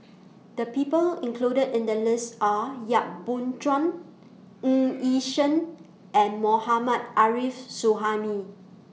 The People included in The list Are Yap Boon Chuan Ng Yi Sheng and Mohammad Arif Suhaimi